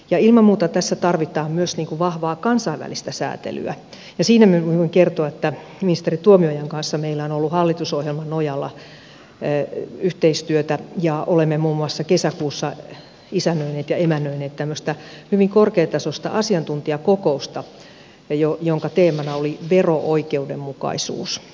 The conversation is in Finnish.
ja ilman muuta tässä tarvitaan myös vahvaa kansainvälistä säätelyä ja siitä voin kertoa että ministeri tuomiojan kanssa meillä on ollut hallitusohjelman nojalla yhteistyötä ja olemme muun muassa kesäkuussa isännöineet ja emännöineeet tämmöistä hyvin korkeatasoista asiantuntijakokousta jonka teemana oli vero oikeudenmukaisuus